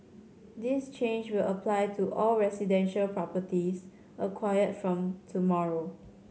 this change will apply to all residential properties acquired from tomorrow